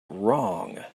wrong